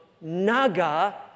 naga